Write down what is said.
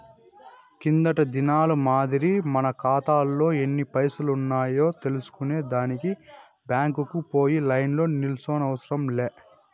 కిందటి దినాల మాదిరి మన కాతాలో ఎన్ని పైసలున్నాయో తెల్సుకునే దానికి బ్యాంకుకు పోయి లైన్లో నిల్సోనవసరం లే